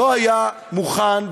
לא היה מוכן,